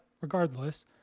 regardless